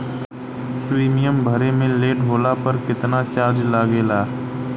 Premium भरे मे late होला पर केतना चार्ज लागेला?